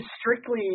strictly –